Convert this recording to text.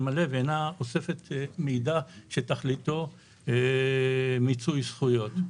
מלא ואינה אוספת מידע שתכליתו מיצוי זכויות.